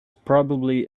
probably